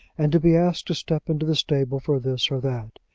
and to be asked to step into the stable for this or that.